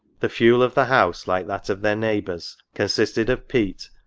the fuel of the house, like that of their neighbours, consisted of peat,